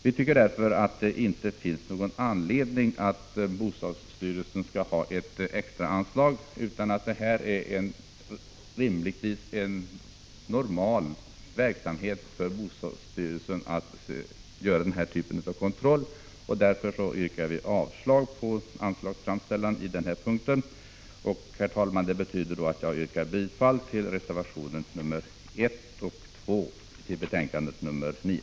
Vi tycker att det därför inte finns någon anledning till att bostadsstyrelsen skall ha ett extraanslag, utan att det rimligtvis bör ingå i bostadsstyrelsens normala verksamhet att göra: den här typen av kontroll. Vi yrkar således avslag på anslagsframställan på denna punkt. Det betyder, herr talman, att jag yrkar bifall till reservationerna 1 och 2 vid betänkandet nr 9.